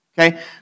Okay